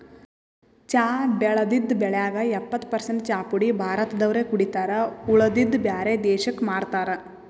ಚಾ ಬೆಳದಿದ್ದ್ ಬೆಳ್ಯಾಗ್ ಎಪ್ಪತ್ತ್ ಪರಸೆಂಟ್ ಚಾಪುಡಿ ಭಾರತ್ ದವ್ರೆ ಕುಡಿತಾರ್ ಉಳದಿದ್ದ್ ಬ್ಯಾರೆ ದೇಶಕ್ಕ್ ಮಾರ್ತಾರ್